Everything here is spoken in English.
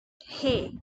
hey